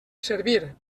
servir